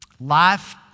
Life